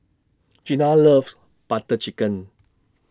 Gina loves Butter Chicken